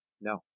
No